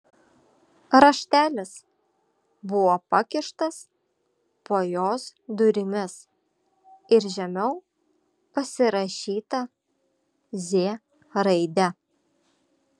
raštelis buvo pakištas po jos durimis ir žemiau pasirašyta z raide